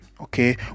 okay